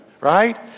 right